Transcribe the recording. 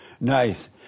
Nice